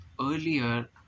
earlier